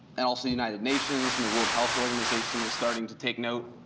and also the united nations, and the world health organization is starting to take note.